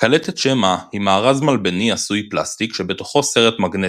קלטת שמע היא מארז מלבני עשוי פלסטיק שבתוכו סרט מגנטי,